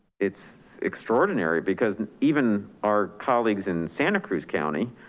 it's extraordinary because even our colleagues in santa cruz county,